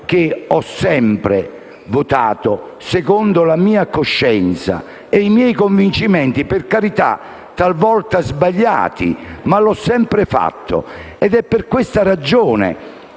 Ho sempre votato secondo la mia coscienza e i miei convincimenti (per carità talvolta sbagliati, ma ho sempre fatto così). È per questa ragione